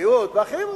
בריאות ואחרים,